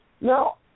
Now